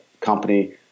company